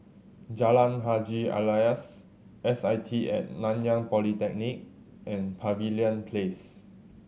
Jalan Haji Alias S I T At Nanyang Polytechnic and Pavilion Place